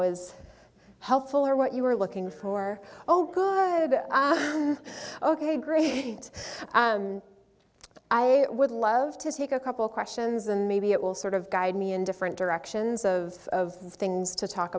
was helpful or what you were looking for oh good ok great i would love to take a couple questions and maybe it will sort of guide me in different directions of things to talk